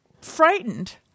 frightened